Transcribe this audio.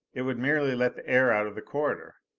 it would merely let the air out of the corridor.